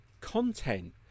content